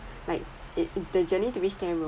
like it the journey to reach there will